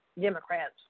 Democrats